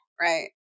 right